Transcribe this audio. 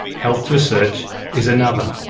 health research is another.